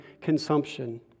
consumption